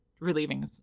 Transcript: relieving